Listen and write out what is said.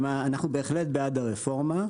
אנחנו בהחלט בעד הרפורמה.